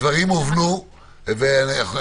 אז אתה צריך להיות חכם ולמצוא את הפתרונות,